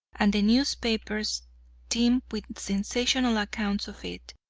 and the newspapers teemed with sensational accounts of it.